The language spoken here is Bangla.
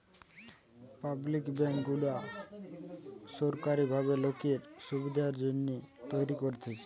পাবলিক বেঙ্ক গুলা সোরকারী ভাবে লোকের সুবিধার জন্যে তৈরী করতেছে